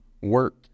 work